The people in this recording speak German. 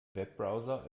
webbrowser